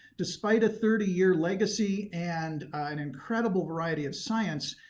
despite a thirty year legacy and an incredible variety of science,